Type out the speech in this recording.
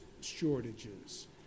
shortages